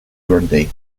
grundy